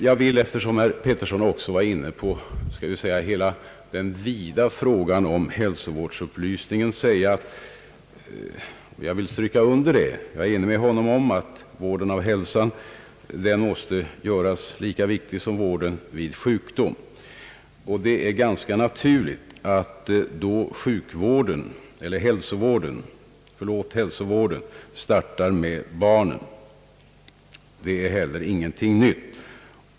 Jag vill, eftersom herr Pettersson också gick in på den vida frågan om hälsovårdsupplysningen, stryka under att jag är enig med herr Pettersson om att vården av hälsan måste bli lika viktig som vården vid sjukdom. Det är ganska naturligt att hälsovården då startar med barnen. Detta är heller ingenting nytt.